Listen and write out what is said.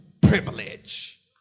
privilege